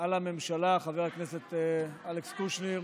על הממשלה, חבר הכנסת אלכס קושניר